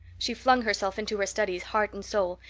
she flung herself into her studies heart and soul,